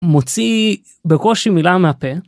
מוציא בקושי מילה מהפה.